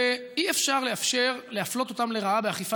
ואי-אפשר לאפשר להפלות אותם לרעה באכיפה